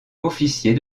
officier